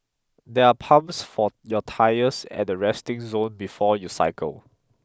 there are pumps for your tyres at the resting zone before you cycle